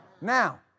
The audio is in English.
Now